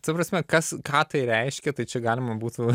ta prasme kas ką tai reiškia tai čia galima būtų